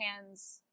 hands